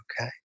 okay